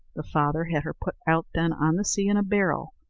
the father had her put out then on the sea in a barrel,